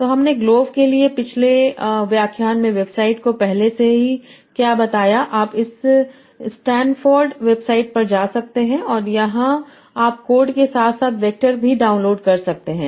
तो हमने ग्लोव के लिए पिछले व्याख्यान में वेबसाइट को पहले से ही क्या बताया आप इस स्टैनफोर्ड वेबसाइट पर जा सकते हैं और वहां आप कोड के साथ साथ वैक्टर भी डाउनलोड कर सकते हैं